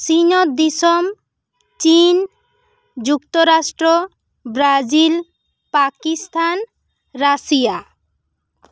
ᱥᱤᱧᱚᱛ ᱫᱤᱥᱚᱢ ᱪᱤᱱ ᱡᱩᱠᱛᱚ ᱨᱟᱥᱴᱨᱚ ᱵᱨᱟᱡᱤᱞ ᱯᱟᱠᱤᱥᱛᱷᱟᱱ ᱨᱟᱥᱤᱭᱟ